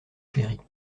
chéris